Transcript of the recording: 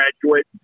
graduate